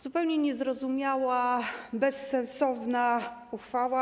Zupełnie niezrozumiała, bezsensowna uchwała.